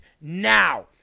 now